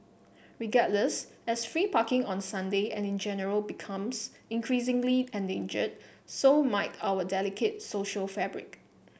regardless as free parking on Sunday and in general becomes increasingly endangered so might our delicate social fabric